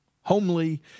homely